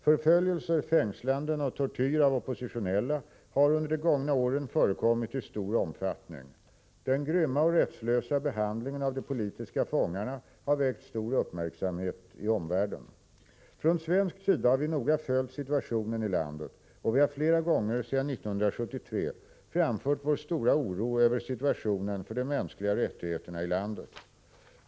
Förföljelser, fängslanden och tortyr av oppositionella har under de gångna åren förekommit i stor omfattning. Den grymma och rättslösa behandlingen av de politiska fångarna har väckt stor uppmärksamhet i omvärlden. Från svensk sida har vi noga följt situationen i landet, och vi har flera gånger sedan 1973 framfört vår stora oro över situationen för de mänskliga rättigheterna i landet.